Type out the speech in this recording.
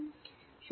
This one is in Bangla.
সুতরাং